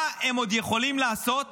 מה הם עוד יכולים לעשות